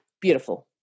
beautiful